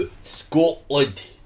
Scotland